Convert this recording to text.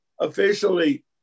officially